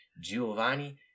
Giovanni